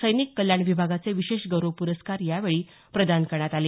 सैनिक कल्याण विभागाचे विशेष गौरव पुरस्कार यावेळी प्रदान करण्यात आले